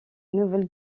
nouvelle